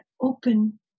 open